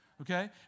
Okay